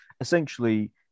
essentially